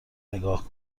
نگاه